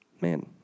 Man